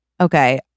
Okay